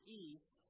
east